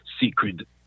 secret